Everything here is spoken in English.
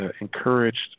encouraged